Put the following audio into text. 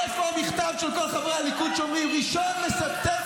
איפה המכתב של כל חברי הליכוד שאומרים: 1 בספטמבר,